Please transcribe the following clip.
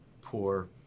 poor